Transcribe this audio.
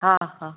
हा हा